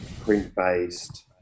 print-based